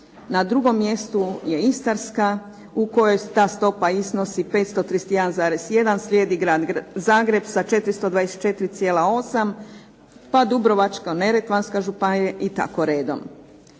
na drugom mjestu je Istarska u kojoj ta stopa iznosi 531,1. Slijedi Grad Zagreb sa 424,8 pa Dubrovačko-neretvanska županija i tako redom.